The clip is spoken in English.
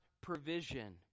provision